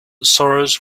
sorrows